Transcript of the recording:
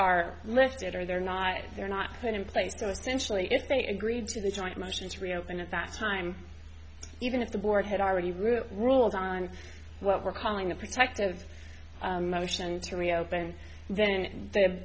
are listed or they're not they're not put in place so essentially if they agreed to the joint motion to reopen at that time even if the board had already written rules on what we're calling a protective motion to reopen then